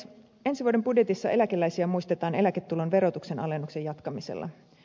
ensi vuoden budjetissa eläkeläisiä muistetaan eläketulon verotuksen alennuksen jatkamisella